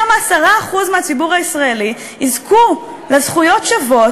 יותר מ-10% מהציבור הישראלי יזכו לזכויות שוות